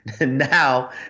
Now